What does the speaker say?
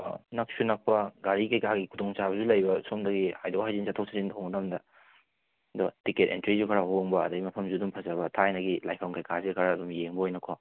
ꯅꯛꯁꯨ ꯅꯛꯄ ꯒꯥꯔꯤ ꯀꯩꯀꯥꯒꯤ ꯈꯨꯗꯣꯡꯆꯥꯕꯁꯨ ꯂꯩꯕ ꯁꯣꯝꯗꯒꯤ ꯍꯥꯏꯗꯣꯛ ꯍꯥꯏꯖꯤꯟ ꯆꯠꯊꯣꯛ ꯆꯠꯁꯤꯟ ꯇꯧꯕ ꯃꯇꯝꯗ ꯑꯗꯣ ꯇꯤꯀꯦꯠ ꯑꯦꯟꯇ꯭ꯔꯤꯁꯨ ꯈꯔ ꯍꯣꯡꯕ ꯑꯗꯒꯤ ꯃꯐꯝꯁꯨ ꯑꯗꯨꯝ ꯐꯖꯕ ꯊꯥꯏꯅꯒꯤ ꯂꯥꯏꯐꯝ ꯀꯩꯀꯥꯁꯨ ꯈꯔ ꯑꯗꯨꯝ ꯌꯦꯡꯕ ꯑꯣꯏꯅꯀꯣ